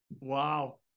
Wow